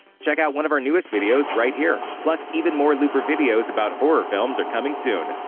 check out one of our newest videos right here! plus, even more looper videos about horror films are coming soon.